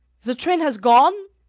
the train has gone?